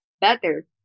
better